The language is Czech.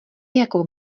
jako